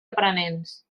aprenents